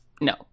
no